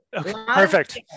Perfect